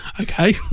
Okay